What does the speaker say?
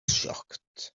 shocked